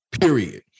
period